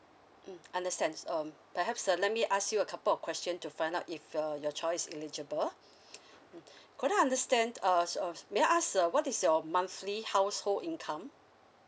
mm understands um perhaps uh let me ask you a couple question to find out if uh your choice is eligible could I understand err of may I ask the what is your monthly household income